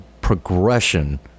progression